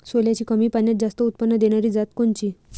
सोल्याची कमी पान्यात जास्त उत्पन्न देनारी जात कोनची?